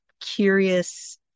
curious